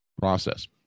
process